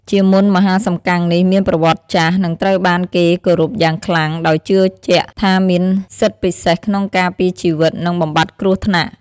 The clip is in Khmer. ជាមន្តមហាសំកាំងនេះមានប្រវត្តិចាស់ និងត្រូវបានគេគោរពយ៉ាងខ្លាំង ដោយជឿជាក់ថាមានសិទ្ធិពិសេសក្នុងការពារជីវិត និងបំបាត់គ្រោះថ្នាក់។